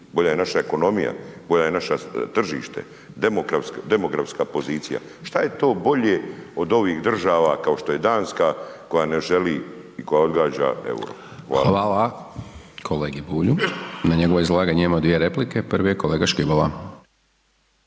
bolja je naša ekonomija, bolje je naše tržište, demografska pozicija. Šta je to bolje od ovih država kao što je Danska koja ne želi i koka odgađa euro? Hvala. **Hajdaš Dončić, Siniša (SDP)** Hvala kolegi Bulju. Na njegovo izlaganje imamo dvije replike, prvi je kolega Škibola.